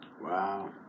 Wow